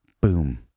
Boom